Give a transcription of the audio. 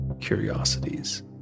curiosities